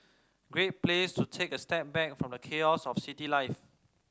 great place to take a step back from the chaos of city life